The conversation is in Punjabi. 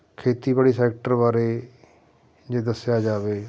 ਖੇਤੀਬਾੜੀ ਸੈਕਟਰ ਬਾਰੇ ਜੇ ਦੱਸਿਆ ਜਾਵੇ